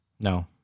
No